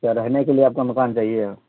اچھا رہنے کے لیے آپ کا دکان چاہیے